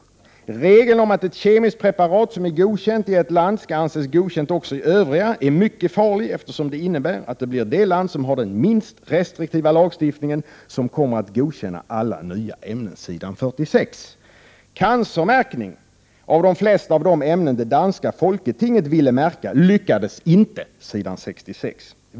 Vidare står det att regeln om att ett kemiskt preparat som är godkänt i ett land skall anses godkänt också i de övriga länderna är ”mycket farlig eftersom det innebär att det blir det land som har den minst restriktiva lagstiftningen som kommer att godkänna alla nya ämnen”. Detta står på s. 46. Vidare: ”Cancermärkning av de flesta av de ämnen det danska folketinget ville märka lyckades inte.” Detta står på s. 66.